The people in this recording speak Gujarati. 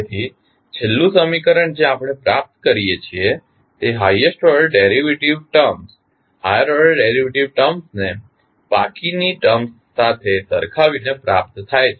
તેથી છેલ્લું સમીકરણ જે આપણે પ્રાપ્ત કરીએ છીએ તે હાઇએસ્ટ ઓર્ડર ડેરિવેટિવ્ઝ ટર્મ્સ ને બાકીની ટર્મ સાથે સરખાવીને પ્રાપ્ત થાય છે